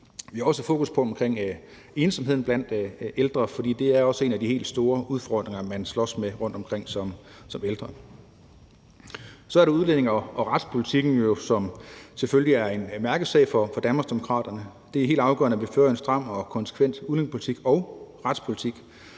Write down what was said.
Vi har også fokus på ensomheden blandt ældre, for det er også en af de helt store udfordringer, man som ældre person slås med rundtomkring. Så er der udlændinge- og retspolitikken, som selvfølgelig er en mærkesag for Danmarksdemokraterne. Det er helt afgørende, at vi fører en stram og konsekvent udlændingepolitik og retspolitik.